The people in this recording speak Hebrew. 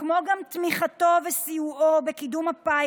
כמו בני משפחה שלא זכאים או אנשים שהפסיקו לשלם.